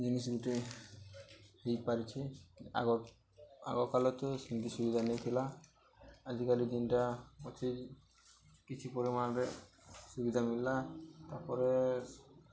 ଜିନିଷ୍ ଗୁଟେ ହେଇପାରିଛି ଆଗ ଆଗ କାଲ ତ ସେମିତି ସୁବିଧା ନେଇଥିଲା ଆଜିକାଲି ଯେନ୍ଟା ଅଛି କିଛି ପରିମାଣରେ ସୁବିଧା ମିଳିଲା ତାପରେ